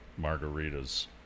margaritas